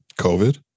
COVID